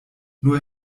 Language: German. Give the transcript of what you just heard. nur